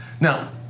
Now